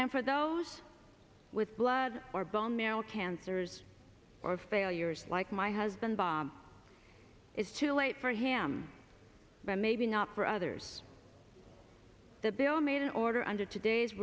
and for those with blood or bone marrow cancers or failures like my husband bob is too late for him but maybe not for others the bill made an order under today's